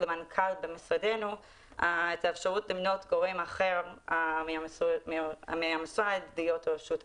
למנכ"ל במשרדנו את האפשרות למנות גורם אחר מהמשרד להיות רשות מוסמכת.